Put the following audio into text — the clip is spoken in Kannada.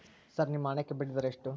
ಸರ್ ನಿಮ್ಮ ಹಣಕ್ಕೆ ಬಡ್ಡಿದರ ಎಷ್ಟು?